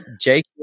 Jake